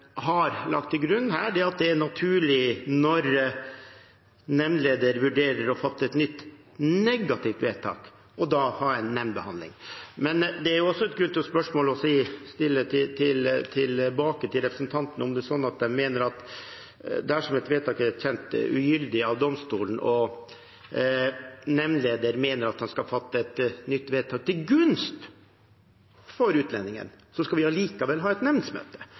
har lagt til grunn her, er at det er naturlig når nemndleder vurderer å fatte et nytt, negativt vedtak, å ha en nemndbehandling. Men det er også grunn til å stille spørsmål tilbake til representanten om det er sånn at en mener at dersom et vedtak er kjent ugyldig av domstolen og nemndleder mener at man skal fatte et nytt vedtak til gunst for utlendingen, skal vi allikevel ha et